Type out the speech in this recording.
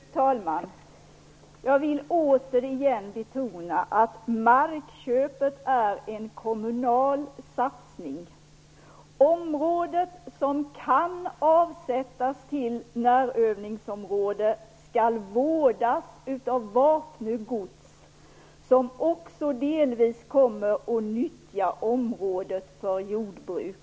Fru talman! Jag vill återigen betona att markköpet är en kommunal satsning. Området, som kan avsättas till närövningsområde, skall vårdas av Vapnö gods, som också delvis kommer att nyttja området för jordbruk.